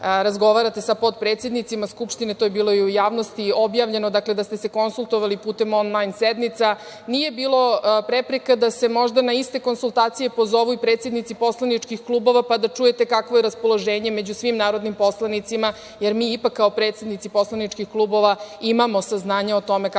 razgovarate sa potpredsednicima Skupštine, to je bilo i u javnosti objavljeno, konsultovali ste se putem onlajn sednica. Nije bilo prepreka da se možda na iste konsultacije pozovu i predsednici poslaničkih klubova, pa da čujete kakvo je raspoloženje među svim narodnim poslanicima, jer mi kao predsednici poslaničkih klubova imamo saznanja o tome kakvo je